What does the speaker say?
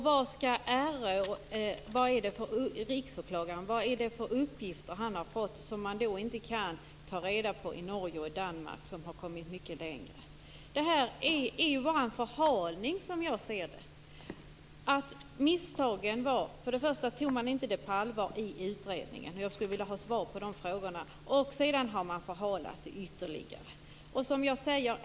Vad är det för uppgifter som Riksåklagaren har fått som det inte går att ta reda på i Norge och i Danmark - som ändå kommit längre? Jag anser att detta är förhalning. Misstaget var att frågorna inte togs på allvar i utredningen. Jag skulle vilja ha svar på dem. Sedan har det skett en ytterligare förhalning.